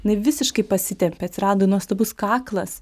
jinai visiškai pasitempė atsirado nuostabus kaklas